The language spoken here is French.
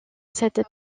cette